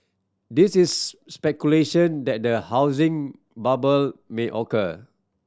these is speculation that the housing bubble may occur